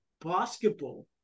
basketball